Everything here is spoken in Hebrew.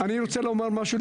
אני רוצה לומר משהו,